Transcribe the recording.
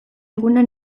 eguna